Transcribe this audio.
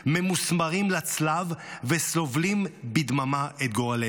ממוסמרים לצלב וסובלים בדממה את גורלנו.